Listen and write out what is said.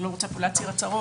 אני לא רוצה פה להצהיר הצהרות,